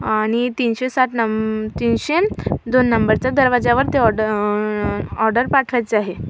आणि तीनशे सात नं तीनशे दोन नंबरचा दरवाज्यावर ते ऑर्ड ऑर्डर पाठवायचं आहे